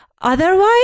Otherwise